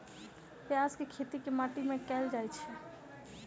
प्याज केँ खेती केँ माटि मे कैल जाएँ छैय?